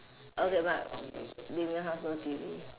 okay my damian house no T_V